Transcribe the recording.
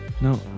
No